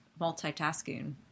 multitasking